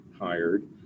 hired